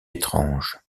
étrange